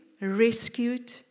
rescued